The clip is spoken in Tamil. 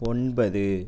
ஒன்பது